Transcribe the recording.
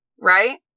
Right